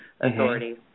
authorities